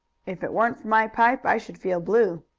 if it weren't for my pipe i should feel blue.